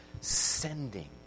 sending